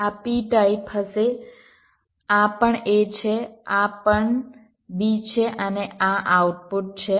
આ p type હશે આ પણ a છે આ પણ b છે અને આ આઉટપુટ છે